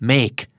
Make